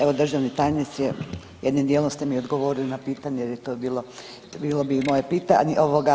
Evo državni tajniče jednim dijelom ste mi odgovorili na pitanje jer je to bilo, bilo bi i moje pitanje.